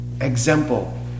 example